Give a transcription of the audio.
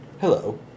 Hello